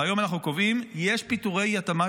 והיום אנחנו קובעים כי יש פיטורי התאמה